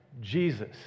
Jesus